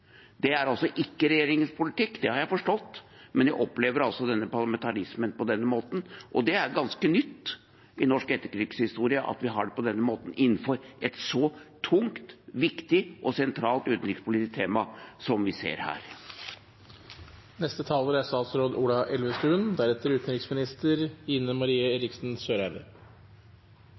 Det er ikke regjeringens politikk, det har jeg forstått, men jeg opplever altså denne parlamentarismen på denne måten, og det er ganske nytt i norsk etterkrigshistorie at vi har det slik innenfor et så tungt, viktig og sentralt utenrikspolitisk tema som vi ser